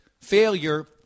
failure